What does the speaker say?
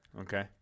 okay